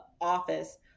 office